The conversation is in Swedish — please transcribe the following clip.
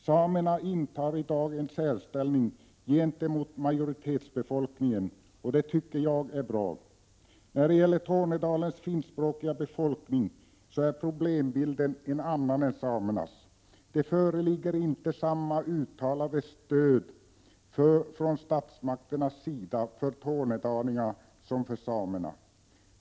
Samerna intar i dag en särställning gentemot majoritetsbefolkningen, och det tycker jag är bra. När det gäller Tornedalens finskspråkiga befolkning är problembilden en annan än samernas. Det föreligger inte samma uttalade stöd från statsmakterna för tornedalingarna som för samerna.